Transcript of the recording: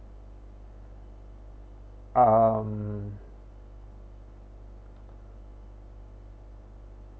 um